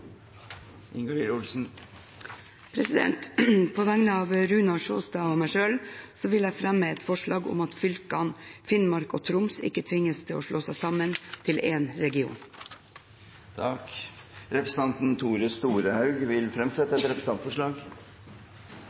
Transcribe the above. Ingalill Olsen vil fremsette et representantforslag. På vegne av representanten Runar Sjåstad og meg selv vil jeg fremme et forslag om at fylkene Finnmark og Troms ikke tvinges til å slå seg sammen til én region. Representanten Tore Storehaug vil fremsette et representantforslag.